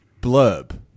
blurb